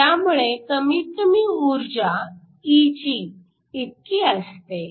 त्यामुळे कमीत कमी ऊर्जा Eg इतकी असते